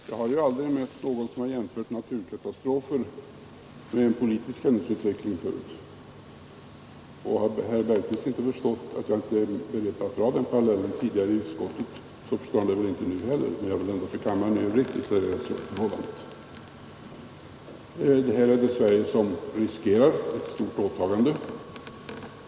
Herr talman! Jag har ju aldrig förut mött någon som jämfört naturkatastrofer med en politisk händelseutveckling. Har herr Bergqvist inte tidigare, i utskottet, förstått att jag inte är beredd att dra den parallellen, så förstår han väl inte det nu heller, men jag vill ändå till kammaren i övrigt säga att så är förhållandet. Här är det Sverige som riskerar ett stort åtagande.